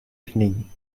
evening